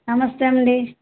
నమస్తే అండి